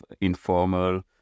informal